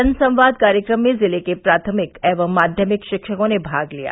जन संवाद कार्यक्रम में जिले के प्राथमिक एवं माध्यमिक शिक्षकों ने भाग लिया